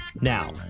Now